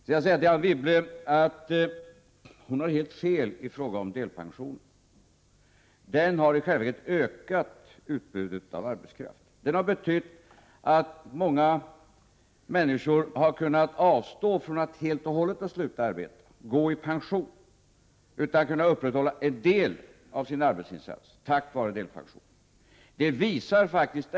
Till Anne Wibble vill jag säga att hon har helt fel i fråga om delpensionen. Möjligheten att ta delpension har i själva verket ökat utbudet av arbetskraft. Den har betytt att många människor kunnat avstå från att helt och hållet sluta arbeta och gå i pension. De har kunnat upprätthålla en del av sin arbetsinsats tack vare delpensionen.